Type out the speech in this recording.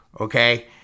okay